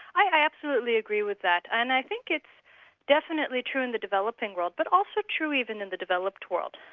i absolutely agree with that. and i think it's definitely true in the developing world, but also true even in the developed world.